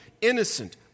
innocent